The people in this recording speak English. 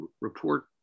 report